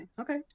Okay